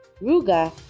Ruga